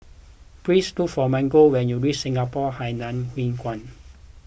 please look for Margot when you reach Singapore Hainan Hwee Kuan